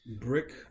brick